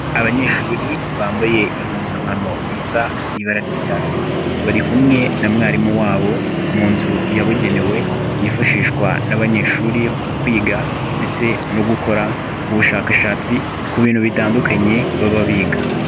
Abanyeshuri bambaye impuzankano isa ibara ry'icyatsi, bari kumwe na mwarimu wabo mu nzu yabugenewe yifashishwa n'abanyeshuri mu kwiga ndetse no gukora ubushakashatsi ku bintu bitandukanye baba biga.